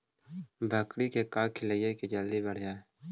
बकरी के का खिलैबै कि जल्दी बढ़ जाए?